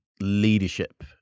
leadership